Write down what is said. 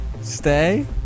Stay